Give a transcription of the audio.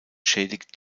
schädigt